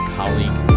colleague